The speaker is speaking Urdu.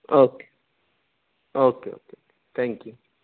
okay okay okay thank you